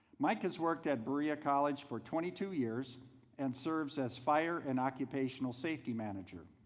mike has worked at berea college for twenty two years and serves as fire and occupational safety manager.